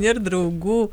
nėr draugų